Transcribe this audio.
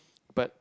but